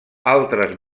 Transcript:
altres